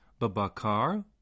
Babakar